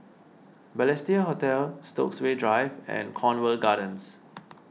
Balestier Hotel Stokesay Drive and Cornwall Gardens